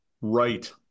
right